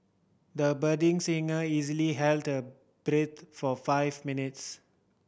the budding singer easily held breath for five minutes